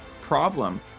problem